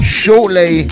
shortly